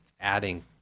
adding